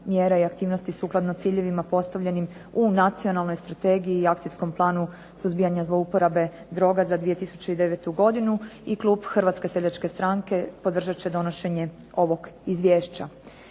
mjera i aktivnosti sukladno ciljevima postavljenim u Nacionalnoj strategiji i akcijskom planu suzbijanja zlouporabe droga za 2009. godinu. I klub Hrvatske seljačke stranke podržat će donošenje ovog Izvješća.